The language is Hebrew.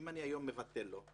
אם היום אני מבטל לו,